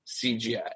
CGI